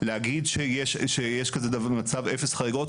להגיד שיש כזה מצב אפס חריגות,